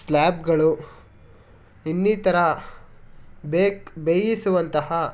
ಸ್ಲ್ಯಾಬ್ಗಳು ಇನ್ನಿತರ ಬೇಕ್ ಬೇಯಿಸುವಂತಹ